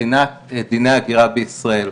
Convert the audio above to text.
מבחינת דיני ההגירה בישראל.